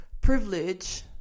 privilege